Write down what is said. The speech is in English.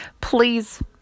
please